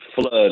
flood